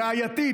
ראייתית,